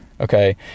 Okay